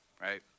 right